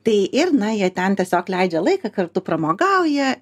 tai ir na jie ten tiesiog leidžia laiką kartu pramogauja